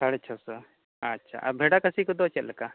ᱥᱟᱲᱮ ᱪᱷᱚᱥᱚ ᱟᱪᱪᱷᱟ ᱟᱨ ᱵᱷᱮᱰᱟ ᱠᱟᱹᱥᱤ ᱠᱚᱫᱚ ᱪᱮᱫᱞᱮᱠᱟ